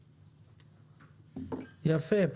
יפה.